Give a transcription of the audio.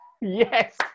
yes